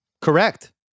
Correct